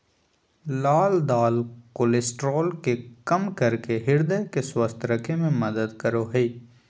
लाल दाल कोलेस्ट्रॉल के कम करके हृदय के स्वस्थ रखे में मदद करो हइ